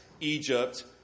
Egypt